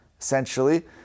Essentially